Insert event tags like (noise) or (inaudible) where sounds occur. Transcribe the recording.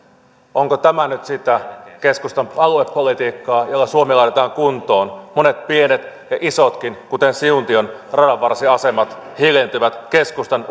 onko tämä nyt sitä keskustan aluepolitiikkaa jolla suomi laitetaan kuntoon monet pienet ja isotkin kuten siuntiossa radanvarsiasemat hiljentyvät keskustan (unintelligible)